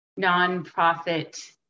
nonprofit